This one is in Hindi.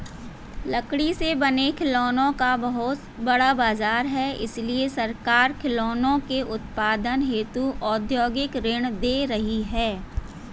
लकड़ी से बने खिलौनों का बहुत बड़ा बाजार है इसलिए सरकार खिलौनों के उत्पादन हेतु औद्योगिक ऋण दे रही है